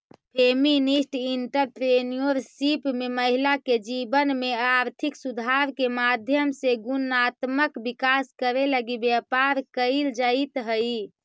feminist entrepreneurship में महिला के जीवन में आर्थिक सुधार के माध्यम से गुणात्मक विकास करे लगी व्यापार कईल जईत हई